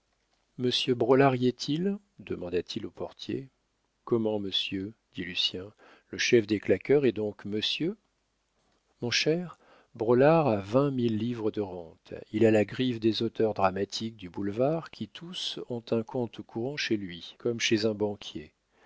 y est-il demanda-t-il au portier comment monsieur dit lucien le chef des claqueurs est donc monsieur mon cher braulard a vingt mille livres de rente il a la griffe des auteurs dramatiques du boulevard qui tous ont un compte courant chez lui comme chez un banquier